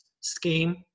scheme